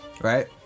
Right